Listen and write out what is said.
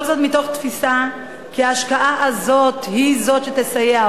כל זאת מתוך תפיסה כי ההשקעה הזאת היא זאת שתסייע.